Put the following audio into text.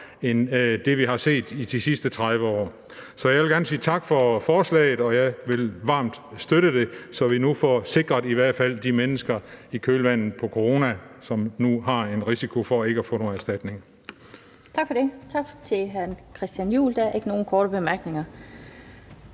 end det, vi har set de sidste 30 år. Så jeg vil gerne sige tak for forslaget, og jeg vil varmt støtte det, så vi nu får sikret i hvert fald de mennesker, som i kølvandet på corona er i risiko for ikke at få nogen erstatning. Kl. 18:16 Den fg. formand (Annette Lind): Tak for det. Tak til hr. Christian Juhl. Der er ikke nogen korte bemærkninger.